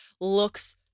looks